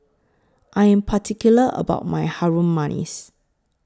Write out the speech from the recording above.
I Am particular about My Harum Manis